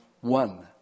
one